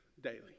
daily